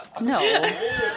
No